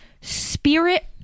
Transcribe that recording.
Spirit